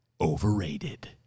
Overrated